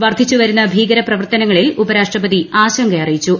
വർദ്ധിച്ചു വരുന്ന ഭീകരപ്രവർത്തനങ്ങളിൽ ഉപരാഷ്ട്രപതി ആശങ്ക അറിയിച്ചു